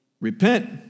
Repent